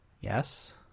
yes